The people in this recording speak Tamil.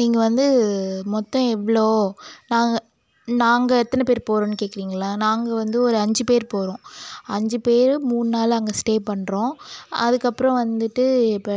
நீங்கள் வந்து மொத்தம் எவ்வளோ நாங்கள் நாங்கள் எத்தனை பேர் போகிறோன்னு கேட்குறீங்களா நாங்கள் வந்து ஒரு அஞ்சு பேர் போகிறோம் அஞ்சு பேர் மூணுநாள் அங்கே ஸ்டே பண்ணுறோம் அதுக்கப்றம் வந்துட்டு இப்போ